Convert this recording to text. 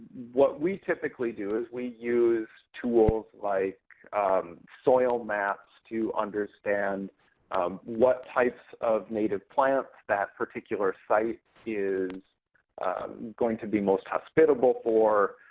what we typically do is we use tools like soil maps to understand what types of native plants that particular site is going to be most hospitable for.